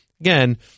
again